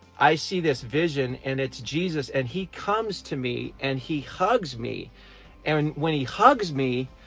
i see this vision. and it's jesus and he comes to me and he hugs me and when he hugs me,